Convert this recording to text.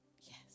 Yes